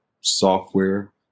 software